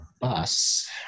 bus